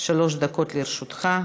שלוש דקות לרשותך.